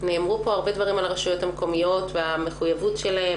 נאמרו פה הרבה דברים על הרשויות המקומיות והמחויבות שלהן,